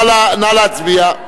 נא להצביע.